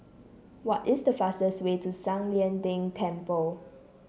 what is the fastest way to San Lian Deng Temple